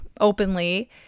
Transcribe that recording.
openly